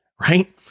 right